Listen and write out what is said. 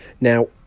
now